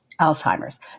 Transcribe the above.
Alzheimer's